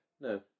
No